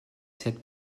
set